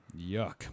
Yuck